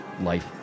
life